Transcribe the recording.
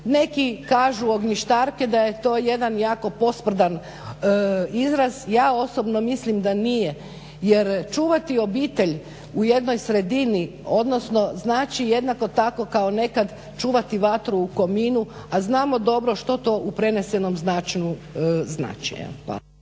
Neki kažu ognjištarke, da je to jedan jako posprdan izraz, ja osobno mislim da nije. Jer čuvati obitelj u jednoj sredini, odnosno znači jednako tako kao nekad čuvati vatru u kaminu, a znamo dobro što to u prenesenom značenju